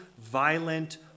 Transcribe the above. violent